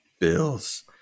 Bills